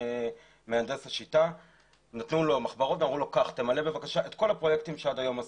מהנדס השיטה ובקשו מממנו למלא את כל הפרויקטים שעשה עד אותו יום.